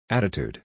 Attitude